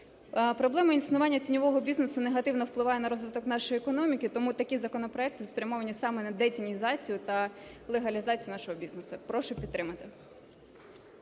Проблема існування тіньового бізнесу негативно впливає на розвиток нашої економіки, тому такі законопроекти спрямовані саме на детінізацію та легалізацію нашого бізнесу. Прошу підтримати.